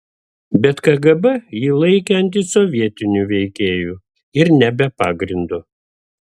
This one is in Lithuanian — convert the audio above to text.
bet kgb jį laikė antisovietiniu veikėju ir ne be pagrindo